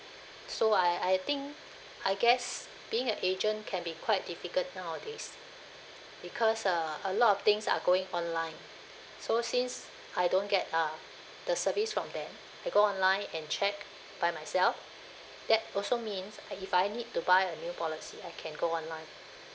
so I I think I guess being a agent can be quite difficult nowadays because uh a lot of things are going online so since I don't get uh the service from them I go online and check by myself that also means I if I need to buy a new policy I can go online